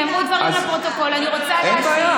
נאמרו דברים לפרוטוקול, אני רוצה להשיב.